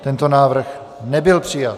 Tento návrh nebyl přijat.